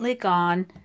gone